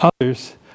others